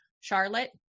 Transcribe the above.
Charlotte